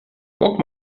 guck